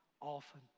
often